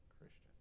Christian